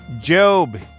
Job